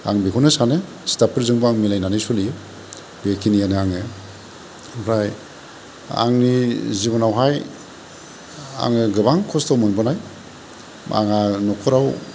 आं बेखौनो सानो स्टाफफोरजोंबो आं मिलायनानै सलियो बेखिनियानो आङो ओमफ्राय आंनि जिबनावहाय आङो गोबां खस्थ' मोनबोनाय आंहा न'खराव